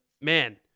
man